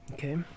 Okay